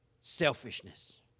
selfishness